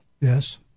Yes